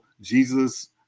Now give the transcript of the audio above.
Jesus